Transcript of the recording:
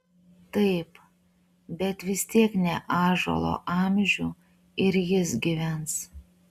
taip bet vis tiek ne ąžuolo amžių ir jis gyvens